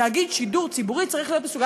תאגיד שידור ציבורי צריך להיות מסוגל